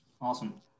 Awesome